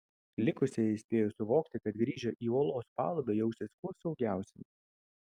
likusieji spėjo suvokti kad grįžę į olos palubę jausis kuo saugiausiai